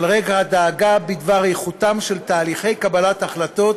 על רקע הדאגה בדבר איכותם של תהליכי קבלת החלטות